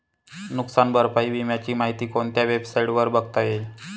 नुकसान भरपाई विम्याची माहिती कोणत्या वेबसाईटवर बघता येईल?